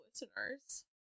listeners